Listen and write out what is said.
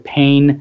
pain